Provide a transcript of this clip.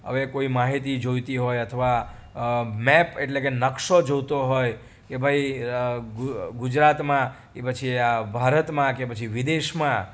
હવે કોઈ માહિતી જોઈતી હોય અથવા મેપ એટલે કે નકશો જોતો હોય કે ભાઈ ગુ ગુજરાતમાં કે પછી ભારતમાં કે પછી વિદેશમાં